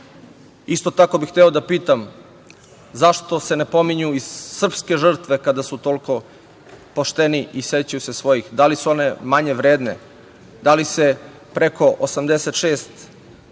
Isto tako bih hteo da pitam – zašto se ne pominju i srpske žrtve kada su toliko pošteni i sećaju se svojih, da li su one manje vredne, da li se preko 8.600